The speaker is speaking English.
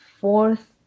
fourth